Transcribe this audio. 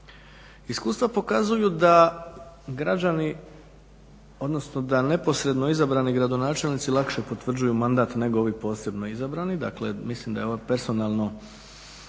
građani, odnosno da neposredno izabrani gradonačelnici lakše potvrđuju mandat nego ovi posredno izabrani,